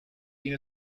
been